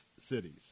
cities